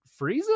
Frieza